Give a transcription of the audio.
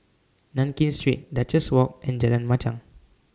Nankin Street Duchess Walk and Jalan Machang